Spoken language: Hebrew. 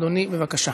אדוני, בבקשה.